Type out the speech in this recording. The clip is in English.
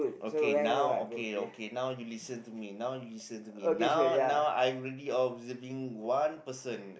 okay now okay okay now you listen to me now you listen to me now now I already observing one person